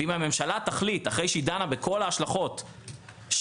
ואם הממשלה תחליט אחרי שהיא דנה בכל ההשלכות שצריך,